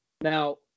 Now